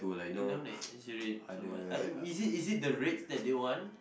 don't exaggerate so much is it is it the rages they want